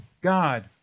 God